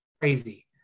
crazy